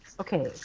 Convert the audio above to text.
Okay